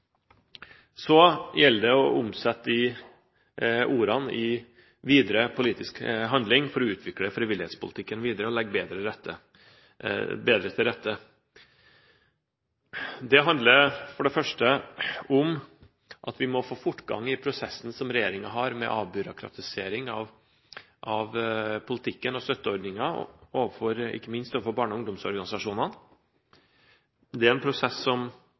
Så gjelder det å omsette de ordene videre i politisk handling for å utvikle frivillighetspolitikken videre og legge bedre til rette. Det handler for det første om at vi må fortgang i prosessen som regjeringen har med avbyråkratisering av politikken, og ikke minst støtteordningen overfor barne- og ungdomsorganisasjonene. Det er en prosess som